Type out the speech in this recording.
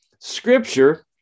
scripture